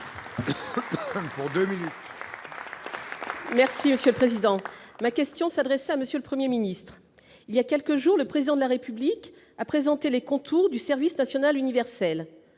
Les Républicains. Ma question s'adressait à M. le Premier ministre. Voilà quelques jours, le Président de la République a présenté les contours du service national universel.